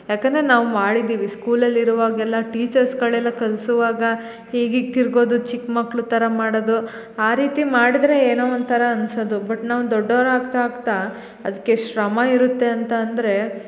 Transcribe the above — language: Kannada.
ಯಾಕೆಂದರೆ ನಾವು ಮಾಡಿದ್ದೀವಿ ಸ್ಕೂಲಲ್ಲಿ ಇರುವಾಗೆಲ್ಲ ಟೀಚಸ್ಗಳೆಲ್ಲ ಕಲ್ಸುವಾಗ ಹೀಗೆ ತಿರ್ಗೋದು ಚಿಕ್ಕ ಮಕ್ಕಳು ಥರ ಮಾಡದು ಆ ರೀತಿ ಮಾಡಿದ್ರೆ ಏನೋ ಒಂಥರ ಅನ್ಸದು ಬಟ್ ನಾವು ದೊಡ್ಡೋರು ಆಗ್ತಾ ಆಗ್ತಾ ಅದ್ಕೆ ಶ್ರಮ ಇರುತ್ತೆ ಅಂತ ಅಂದರೆ